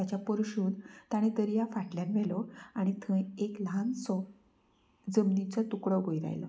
ताच्या पर्शून ताणें दर्या फाटल्यान व्हेलो आनी थंय एक ल्हानसो जमनीचो तुकडो वयर आयलो